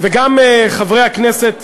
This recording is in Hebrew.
חברי הכנסת,